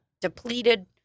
depleted